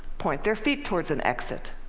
point their feet towards an exit.